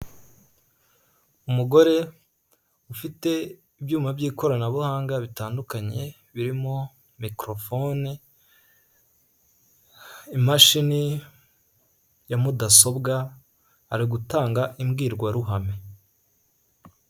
Umugore ufite ibyuma by'ikoranabuhanga bitandukanye birimo mikorofone, imashini ya mudasobwa ari gutanga imbwirwaruhame.